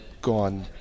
gone